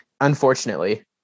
Unfortunately